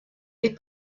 est